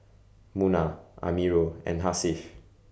Munah Amirul and Hasif